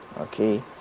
Okay